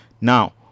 now